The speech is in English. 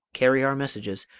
carry our messages,